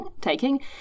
taking